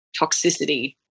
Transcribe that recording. toxicity